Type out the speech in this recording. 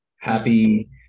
happy